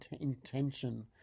intention